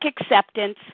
acceptance